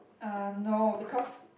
uh no because